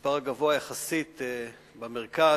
המספר הגבוה יחסית במרכז,